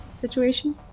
situation